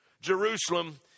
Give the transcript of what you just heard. Jerusalem